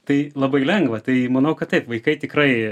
tai labai lengva tai manau kad taip vaikai tikrai